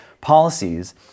policies